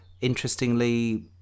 interestingly